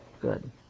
good